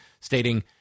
stating